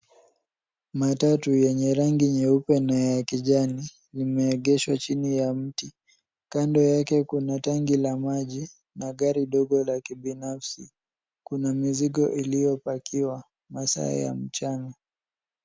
Matatu yenye rangi nyeupe na ya kijani, Limeegeshwa chini ya mti. Kando yake kuna tangi la maji na gari dogo la kibinafsi. Kuna mizigo iliyopakiwa masaa ya mchana.